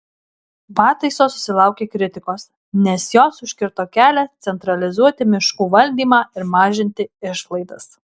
pataisos susilaukė kritikos nes jos užkirto kelią centralizuoti miškų valdymą ir mažinti išlaidas